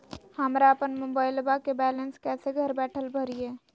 हमरा अपन मोबाइलबा के बैलेंस कैसे घर बैठल भरिए?